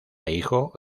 hijo